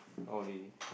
oh really